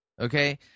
Okay